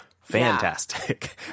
fantastic